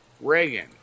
Reagan